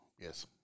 Yes